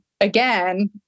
again